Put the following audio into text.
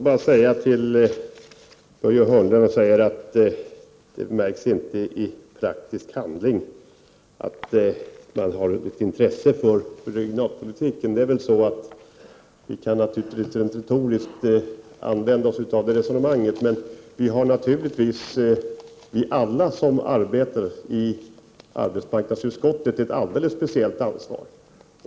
Herr talman! Börje Hörnlund säger att jag inte visar i praktisk handling att det finns ett intresse för regionalpolitiken. Ja, den retoriken kan naturligtvis utnyttjas här. Självfallet har alla vi som arbetar i arbetsmarknadsutskottet ett alldeles speciellt ansvar.